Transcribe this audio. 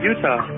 Utah